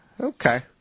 Okay